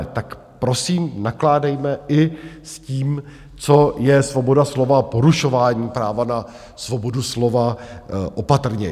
Tak prosím nakládejme i s tím, co je svoboda slova a porušování práva na svobodu slova, opatrněji.